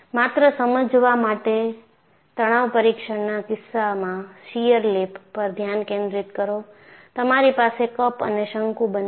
માત્ર સમજાવવા માટે તણાવ પરીક્ષણના કિસ્સામાં શીયર લિપ પર ધ્યાન કેન્દ્રિત કરો તમારી પાસે કપ અને શંકુ બંને છે